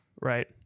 right